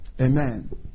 Amen